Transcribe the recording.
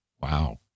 Wow